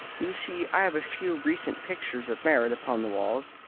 you see i have a few recent pictures of merit upon the walls.